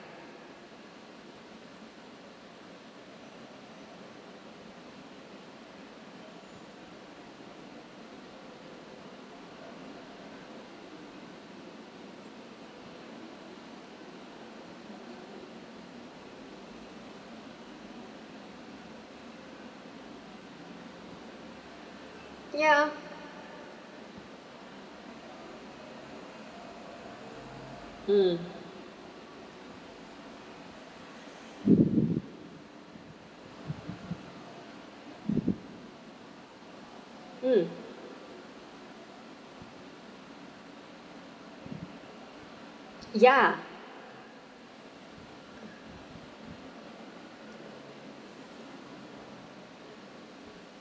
ya mm mm ya